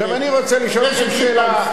גם אני רוצה לשאול כאן שאלה,